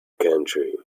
country